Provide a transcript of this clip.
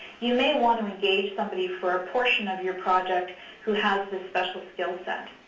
you may want to engage somebody for a portion of your project who has this special skill set.